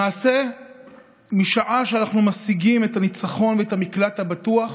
למעשה משעה שאנחנו משיגים את הניצחון ואת המקלט הבטוח